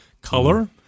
Color